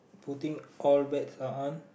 putting all bets are on